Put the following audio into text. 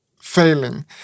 failing